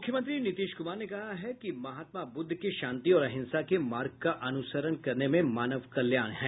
मुख्यमंत्री नीतीश कुमार ने कहा है कि महात्मा बुद्ध के शांति और अंहिसा के मार्ग का अनुसरण करने में मानव कल्याण है